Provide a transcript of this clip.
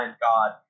God